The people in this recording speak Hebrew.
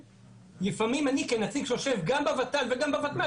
לפעמים אני כנציג שיושב גם בוות"ל וגם בוותמ"ל